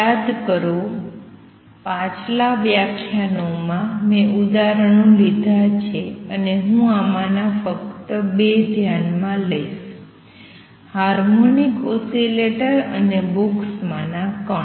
યાદ કરો પાછલા વ્યાખ્યાનોમાં મેં ઉદાહરણો લીધાં છે અને હું આમાંના ફક્ત ૨ ધ્યાનમાં લઈશ હાર્મોનિક ઑસિલેટર અને બોક્સમાંના કણ